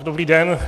Dobrý den.